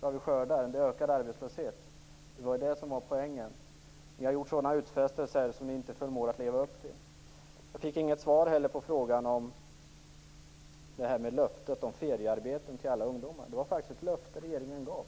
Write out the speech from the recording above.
vad vi skördar. Det är ökad arbetslöshet. Det var det som var poängen. Ni har gjort utfästelser som ni inte förmår att leva upp till. Jag fick heller inget svar på frågan om löftet om feriearbeten till alla ungdomar. Det var faktiskt ett löfte regeringen gav.